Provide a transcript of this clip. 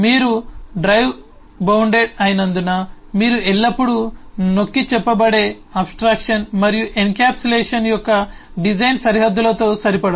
మీరు drive bounded అయినందున మీరు ఎల్లప్పుడూ నొక్కిచెప్పబడే అబ్ స్ట్రాక్షన్ మరియు ఎన్కప్సులేషన్ యొక్క డిజైన్ సరిహద్దులతో సరిపడవు